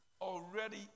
already